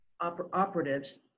operatives